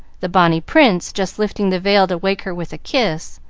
the bonny prince just lifting the veil to wake her with a kiss,